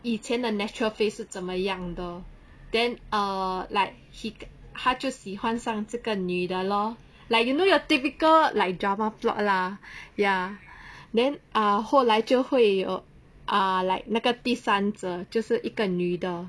以前的 natural face 是怎么样的 then err like he 他就喜欢上这个女的 lor like you know your typical like drama plot lah ya then ah 后来就会 ah like 那个第三者就是一个女的